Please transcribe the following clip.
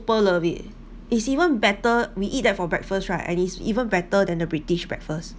super love it is even better we eat that for breakfast right and it's even better than the british breakfast